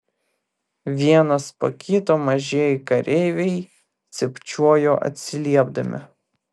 vienas po kito mažieji kareiviai cypčiojo atsiliepdami